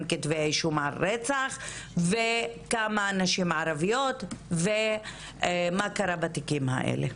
כתבי אישום על רצח וכמה נשים ערביות ומה קרה בתיקים האלה.